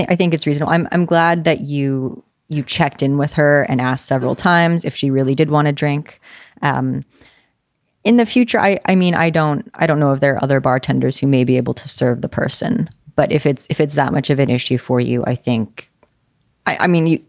i think i think it's reasonable. i'm i'm glad that you you checked in with her and asked several times if she really did want a drink um in the future. i i mean, i don't i don't know if there are other bartenders who may be able to serve the person, but if it's if it's that much of an issue for you, i think i mean,